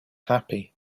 happy